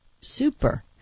Super